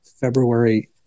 February